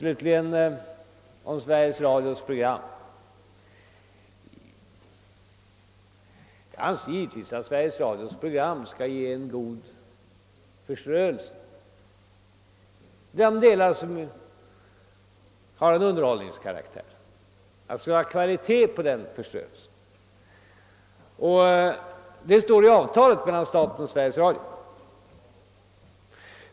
beteenden och handlingsmönster vill jag slutligen säga att jag givetvis anser att program av underhållningskaraktär skall ge en god förströelse. Att det skall vara kvalitet på den förströelsen står i avtalet mellan staten och Sveriges Radio.